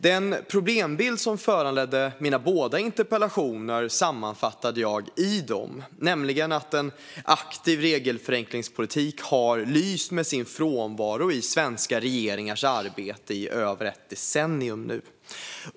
Den problembild som föranledde mina interpellationer sammanfattade jag i dem. En aktiv regelförenklingspolitik har lyst med sin frånvaro i svenska regeringars arbete i över ett decennium.